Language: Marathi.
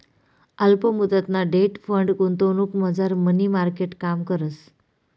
अल्प मुदतना डेट फंड गुंतवणुकमझार मनी मार्केट काम करस